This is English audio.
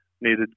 needed